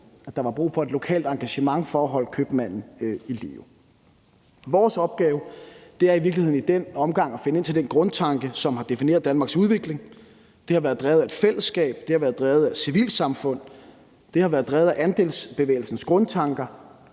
at der var brug for et lokalt engagement for at holde købmanden i live. Kl. 19:29 Vores opgave er i virkeligheden i den sammenhæng at finde ind til den grundtanke, som har defineret Danmarks udvikling. Det har været drevet af et fællesskab, det har været drevet af et civilsamfund, og det har været drevet af andelsbevægelsens grundtanker.